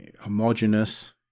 homogeneous